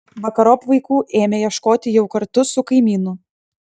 vakarop vaikų ėmė ieškoti jau kartu su kaimynu